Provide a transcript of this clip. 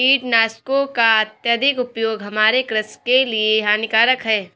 कीटनाशकों का अत्यधिक उपयोग हमारे कृषि के लिए हानिकारक है